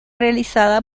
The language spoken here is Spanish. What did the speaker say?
realizada